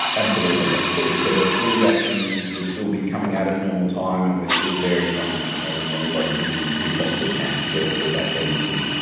absolutely, absolutely. so the flu vaccine will still be coming out at normal time and we are still very strongly encouraging everybody who possibly can to get their flu vaccine this year.